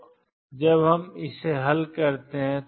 तो जब हम इसे हल करते हैं